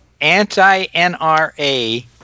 anti-NRA